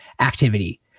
activity